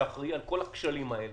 שאחראי על כל הכשלים האלה,